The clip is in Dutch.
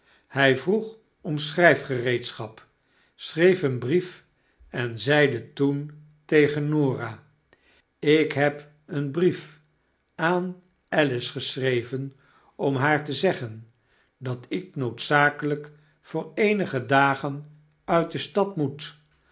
hij vroeg om schryfgereedschap schreef een brief en zeide toen tegen norah ik heb een brief aan alice geschreven om haar te zeggen dat ik noodzakelyk voor eenige dagen uit de stad moet